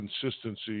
consistency